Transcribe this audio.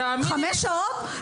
חמש שעות?